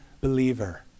believer